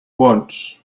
wants